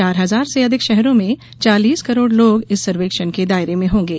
चार हजार से अधिक शहरों में चालीस करोड़ लोग इस सर्वेक्षण के दायरे में होंगे